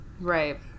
Right